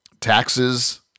taxes